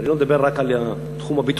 ואני לא מדבר רק על התחום הביטחוני,